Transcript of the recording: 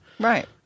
Right